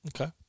okay